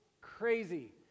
crazy